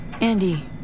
Andy